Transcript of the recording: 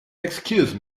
excuse